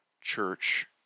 church